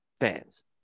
fans